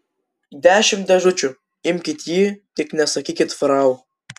dešimt dėžučių imkit jį tik nesakykit frau